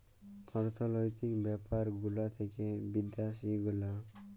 অর্থলৈতিক ব্যাপার গুলা থাক্যে বিদ্যাসি গুলা